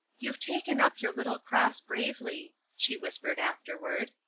you've taken up your little cross bravely, she whispered afterward.